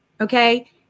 Okay